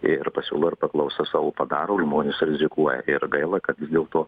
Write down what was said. ir pasiūla ir paklausa savo padaro žmonės rizikuoja ir gaila kad vis dėlto